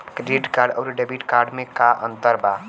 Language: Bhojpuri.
क्रेडिट अउरो डेबिट कार्ड मे का अन्तर बा?